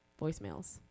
voicemails